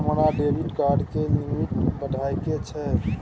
हमरा debit card के limit बढावा के छै